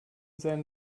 seinem